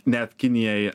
net kinijai